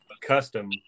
Custom